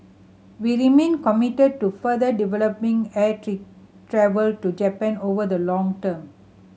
we remain committed to further developing air travel to Japan over the long term